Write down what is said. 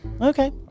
Okay